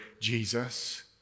Jesus